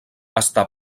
està